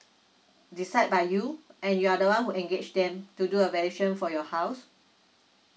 decide by you and you're the one who engage them to do a valuation for your house